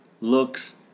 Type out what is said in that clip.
looks